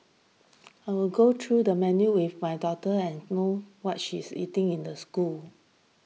I will go through the menu with my daughter and know what she is eating in the school